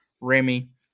Remy